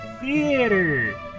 Theater